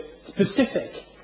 specific